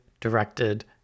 directed